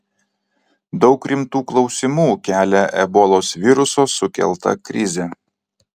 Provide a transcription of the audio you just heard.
daug rimtų klausimų kelia ebolos viruso sukelta krizė